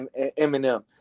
Eminem